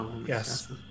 yes